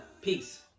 Peace